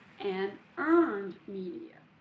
and earned media,